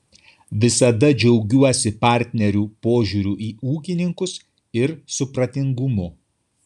visada džiaugiuosi partnerių požiūriu į ūkininkus ir supratingumu